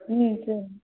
ம் சார்